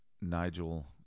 Nigel